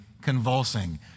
convulsing